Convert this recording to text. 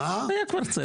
היה כבר צוות.